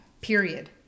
period